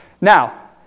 Now